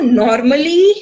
normally